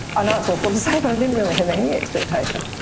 ah know it's awful to say but i didn't really have any expectation.